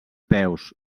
peus